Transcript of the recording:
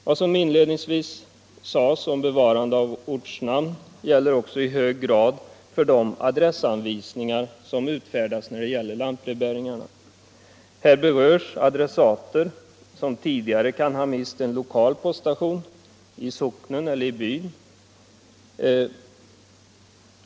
Vad som inledningsvis sades om bevarande av ortnamn gäller också i hög grad de adressanvisningar som utfärdas när det gäller lantbrevbäringarna. Här berörs adressater som tidigare kan ha mist en lokal poststation —- i socknen eller byn.